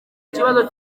ikibazo